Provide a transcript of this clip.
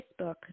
Facebook